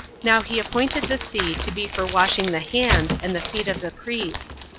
now he appointed the sea to be for washing the hands and the feet of the priests,